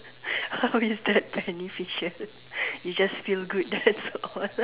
how is that beneficial is just feel good that's all